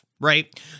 Right